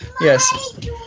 Yes